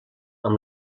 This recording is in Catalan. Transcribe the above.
amb